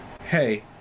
hey